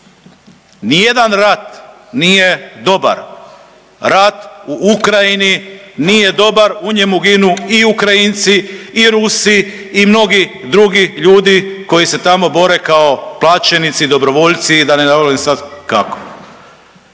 Nijedan rat nije dobar, rat u Ukrajini nije dobar, u njemu ginu i Ukrajinci i Rusi i mnogi drugi ljudi koji se tamo bore kao plaćenici, dobrovoljci i da ne nabrajam sad kako.